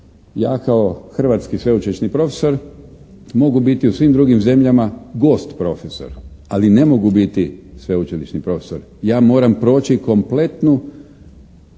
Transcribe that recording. ja kao hrvatski sveučilišni profesor mogu biti u svim drugim zemljama gost profesor, ali ne mogu biti sveučilišni profesor. Ja moram proći kompletnu